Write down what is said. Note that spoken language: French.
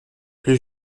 plus